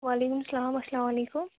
وعلیکُم سَلام اَسلام علیکُم